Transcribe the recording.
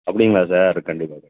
அப்படிங்களா சார் கண்டிப்பாக கண்டிப்பாக